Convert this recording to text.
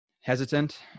Hesitant